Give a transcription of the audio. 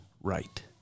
right